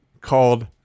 called